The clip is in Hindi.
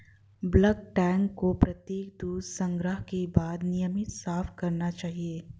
बल्क टैंक को प्रत्येक दूध संग्रह के बाद नियमित साफ करना चाहिए